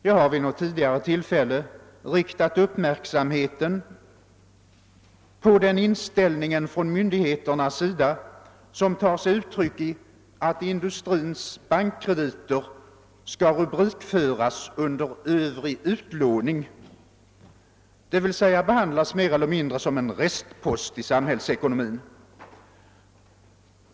Jag har vid något tidigare tillfälle riktat uppmärksamheten på den inställning från myndigheterna, vilken tar sig uttryck i att indusrins bankkrediter förs in under rubriken »övrig utlåning», dvs. behandlas mer eller mindre som en restpost i samhällsekonomin.